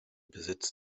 besitz